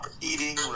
Eating